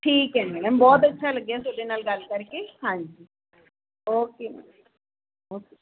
ਠੀਕ ਹੈ ਜੀ ਮੈਡਮ ਬਹੁਤ ਅੱਛਾ ਲੱਗਿਆ ਤੁਹਾਡੇ ਨਾਲ ਗੱਲ ਕਰਕੇ ਹਾਂਜੀ ਓਕੇ ਮੈਡਮ ਓਕੇ